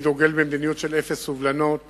אני דוגל במדיניות של אפס סובלנות